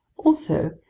also,